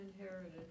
inherited